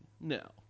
no